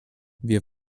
wir